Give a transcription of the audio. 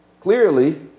clearly